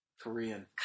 Korean